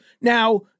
Now